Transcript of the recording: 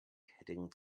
heading